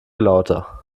lauter